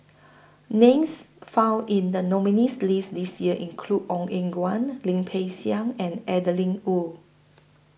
Names found in The nominees' list This Year include Ong Eng Guan Lim Peng Siang and Adeline Ooi